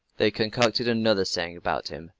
they concocted another saying about him,